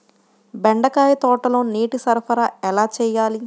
బెండకాయ తోటలో నీటి సరఫరా ఎలా చేయాలి?